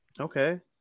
Okay